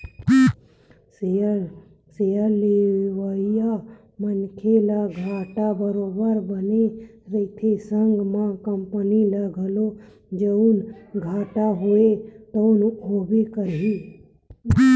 share लेवइया मनखे ल घाटा बरोबर बने रहिथे संग म कंपनी ल घलो जउन घाटा होही तउन होबे करही